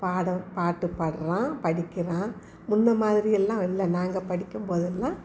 பாடம் பாட்டு பாடுறான் படிக்கிறான் முன்னம்மாதிரி எல்லாம் இல்லை நாங்கள் படிக்கும்போதெல்லாம்